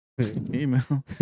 Email